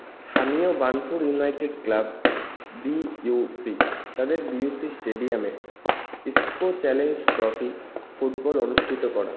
স্থানীয় Burnpur united club BUC তাদের BUC স্টেডিয়ামে ইস্কো চ্যালেঞ্জ ট্রফি ফুটবল অনুষ্ঠিত করা